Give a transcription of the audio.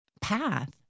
path